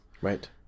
Right